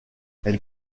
elle